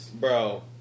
Bro